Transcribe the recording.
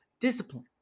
discipline